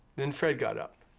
then fred got up,